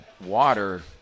water